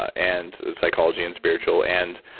and psychology, and spiritual, and